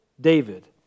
David